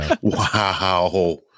Wow